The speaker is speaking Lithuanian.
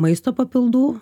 maisto papildų